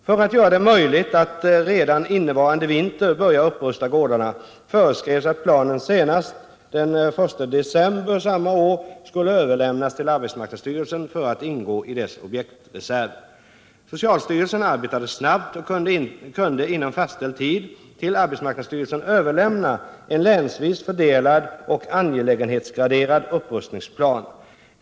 För att göra det möjligt att redan innevarande vinter börja upprusta gårdarna föreskrevs att planen senast den 1 december samma år skulle överlämnas till arbetsmarknadsstyrelsen för att ingå i dess objektreserv. Socialstyrelsen arbetade snabbt och kunde inom fastställd tid till arbetsmarknadsstyrelsen överlämna en länsvis fördelad och angelägenhetsgraderad upprustningsplan.